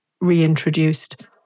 reintroduced